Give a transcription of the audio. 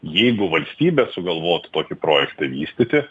jeigu valstybė sugalvotų tokį projektą vystyti